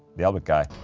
the albert guy.